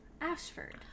Ashford